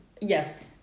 Yes